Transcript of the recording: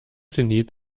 zenit